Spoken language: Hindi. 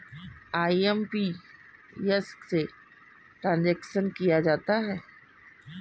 आई.एम.पी.एस से ट्रांजेक्शन किया जाता है